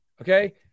okay